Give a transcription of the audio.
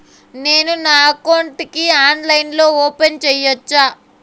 నేను నా అకౌంట్ ని ఆన్లైన్ లో ఓపెన్ సేయొచ్చా?